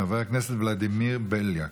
חבר הכנסת ולדימיר בליאק,